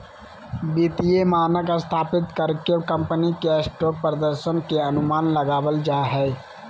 वित्तीय मानक स्थापित कर के कम्पनी के स्टॉक प्रदर्शन के अनुमान लगाबल जा हय